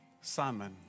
Simon